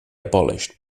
abolished